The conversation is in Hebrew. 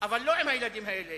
אבל לא עם הילדים האלה.